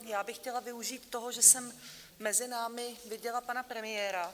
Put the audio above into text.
Já bych chtěla využít toho, že jsem mezi námi viděla pana premiéra.